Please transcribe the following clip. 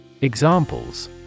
Examples